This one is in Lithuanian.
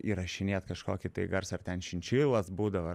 įrašinėt kažkokį garsą arten šinšilas būdavo